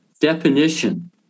definition